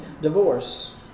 divorce